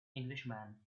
englishman